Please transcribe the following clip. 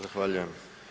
Zahvaljujem.